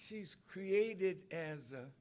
she's created as a